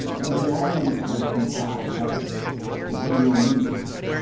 maybe the only place you find home is in your music.